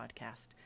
podcast